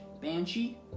Banshee